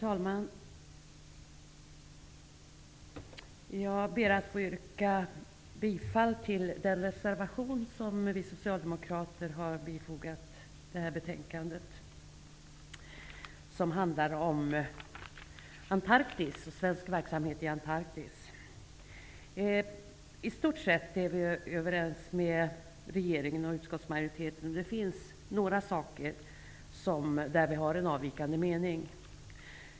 Herr talman! Jag yrkar bifall till den reservation som vi socialdemokrater har fogat till det här betänkandet, vilket handlar om svensk verksamhet i Antarktis. I stort sett är vi överens med regeringen och utskottsmajoriteten. Men på några punkter har vi en avvikande mening.